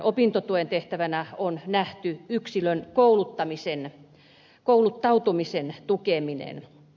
opintotuen tehtävänä on nähty yksilön kouluttautumisen tukeminen